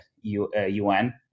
UN